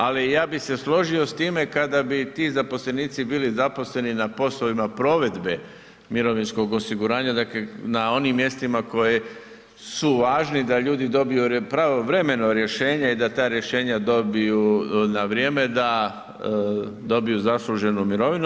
Ali ja bih se složio s time kada bi ti zaposlenici bili zaposleni na poslovima provedbe mirovinskog osiguranja dakle na onim mjestima koji su važni da ljudi dobiju pravovremeno rješenje i da ta rješenja dobiju na vrijeme, da dobiju zasluženu mirovinu.